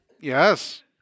Yes